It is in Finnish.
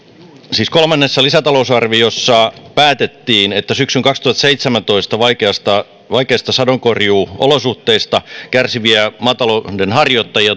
siis kolmannessa lisätalousarviossa päätettiin että syksyn kaksituhattaseitsemäntoista vaikeista vaikeista sadonkorjuuolosuhteista kärsiviä maatalouden harjoittajia